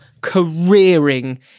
careering